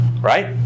right